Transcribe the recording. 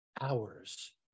hours